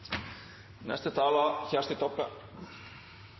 Neste talar